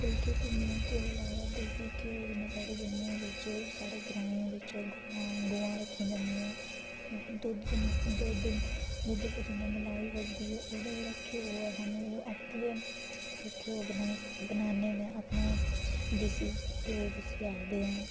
फुल्के भिंडियां घ्योऽ लाये दा होऐ देसी घ्योऽ जि'यां साढ़े जम्मू बिच ग्रांएं बिच गोआं रक्खी दियां होंदियां दुद्ध जिन दूद्ध दुद्ध जि'यां मलाई बजदी ओह्दा जेह्ड़ा घ्योऽ ऐ सानूं आपूं गै पूरा घ्योऽ बनाने होने आं पूरा अपना देसी घ्योऽ जूसी आखदे ऐ